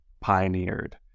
pioneered